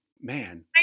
man